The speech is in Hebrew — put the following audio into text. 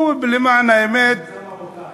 הוא, למען האמת, ממוצא מרוקני.